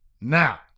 Now